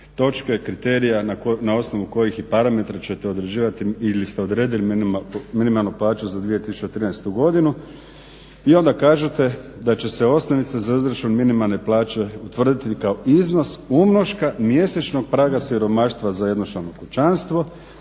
točke, kriterija na osnovu kojih i parametara ćete određivati ili ste odredili minimalnu plaću za 2013. godinu. I onda kažete da će se osnovica za izračun minimalne plaće utvrditi kao iznos umnoška mjesečnog praga siromaštva za jednočlano kućanstvo